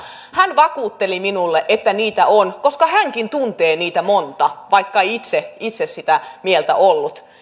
hän vakuutteli minulle että niitä on koska hänkin tuntee niitä monta vaikka ei itse sitä mieltä ollut